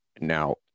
now